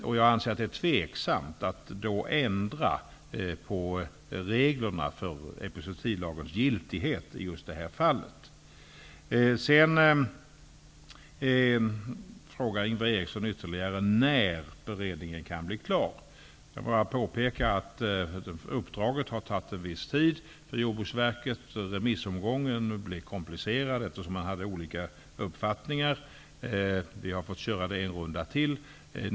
Jag anser därför att det är osäkert om man då skall ändra på reglerna för epizootilagens giltighet i just detta fall. Ingvar Eriksson frågade sedan när beredningen kan bli klar. Jag kan bara påpeka att uppdraget har tagit en viss tid, eftersom remissomgången blev komplicerad på grund av att det fanns olika uppfattningar och man har fått ha ytterligare en remissomgång.